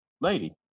Lady